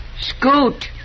Scoot